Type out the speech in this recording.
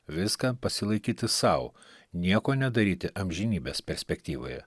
viską pasilaikyti sau nieko nedaryti amžinybės perspektyvoje